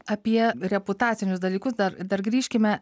apie reputacinius dalykus dar dar grįžkime